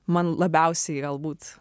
man labiausiai galbūt